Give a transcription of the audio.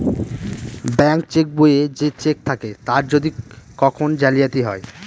bank cheque বইয়ে যে cheque থাকে তার যদি কখন জালিয়াতি হয়